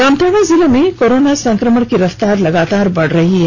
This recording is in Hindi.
जामताड़ा जिले में कोरोना संक्रमण की रफ्तार लगातार बढ़ रही है